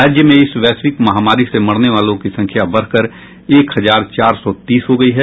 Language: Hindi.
राज्य में इस वैश्विक महामारी से मरने वालों की संख्या बढ़कर एक हजार चार सौ तीस हो गई है